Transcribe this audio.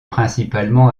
principalement